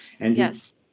Yes